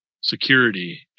security